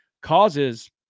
causes